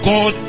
God